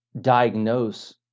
diagnose